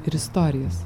ir istorijas